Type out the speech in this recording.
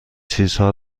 چیزها